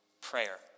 prayer